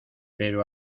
pero